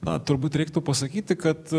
na turbūt reiktų pasakyti kad